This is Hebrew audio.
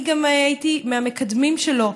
גם אני הייתי מהמקדמים שלו,